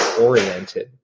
oriented